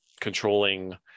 controlling